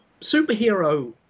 superhero